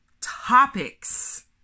topics